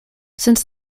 since